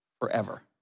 forever